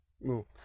No